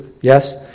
yes